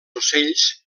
ocells